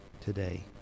today